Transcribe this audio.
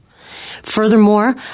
Furthermore